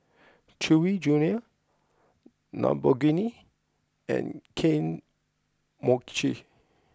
Chewy Junior Lamborghini and Kane Mochi